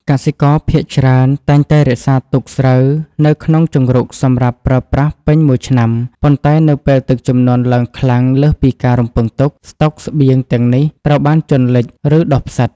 កសិករភាគច្រើនតែងតែរក្សាទុកស្រូវនៅក្នុងជង្រុកសម្រាប់ប្រើប្រាស់ពេញមួយឆ្នាំ ប៉ុន្តែនៅពេលទឹកជំនន់ឡើងខ្លាំងលើសពីការរំពឹងទុក ស្តុកស្បៀងទាំងនេះត្រូវបានជន់លិច ឬដុះផ្សិត។